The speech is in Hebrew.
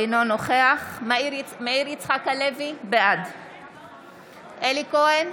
אינו נוכח מאיר יצחק הלוי, בעד אלי כהן,